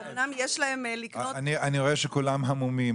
אני רואה שכולם המומים,